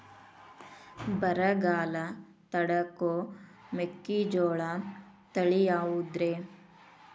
ಬರಗಾಲ ತಡಕೋ ಮೆಕ್ಕಿಜೋಳ ತಳಿಯಾವುದ್ರೇ?